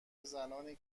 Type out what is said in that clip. زنانی